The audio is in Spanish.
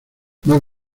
más